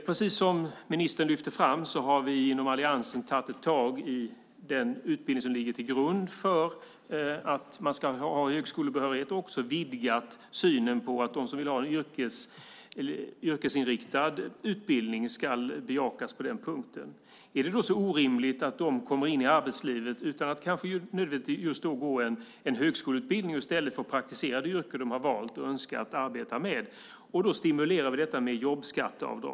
Precis som ministern lyfte fram har vi inom alliansen tagit tag i den utbildning som ligger till grund för att man ska ha högskolebehörighet och också vidgat synen på detta med att bejaka dem som vill ha en yrkesinriktad utbildning. Är det så orimligt att dessa kommer in i arbetslivet utan att kanske gå just en högskoleutbildning? I stället får de praktisera inom det yrke som de valt och där de önskat att få arbeta. Detta stimulerar vi med jobbskatteavdrag.